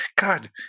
god